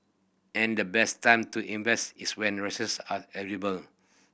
and the best time to invest is when resources are